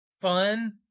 fun